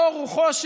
אור הוא חושך.